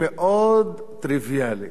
מאוד טריוויאלי,